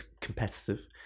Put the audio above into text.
competitive